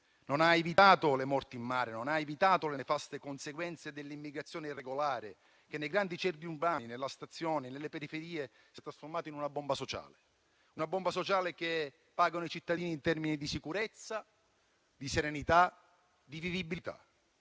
non ha evitato le morti in mare, né le nefaste conseguenze dell'immigrazione irregolare, che nei grandi centri urbani, nelle stazioni e nelle periferie si è trasformata in una bomba sociale che pagano i cittadini in termini di sicurezza, serenità e vivibilità.